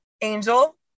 Angel